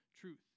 truth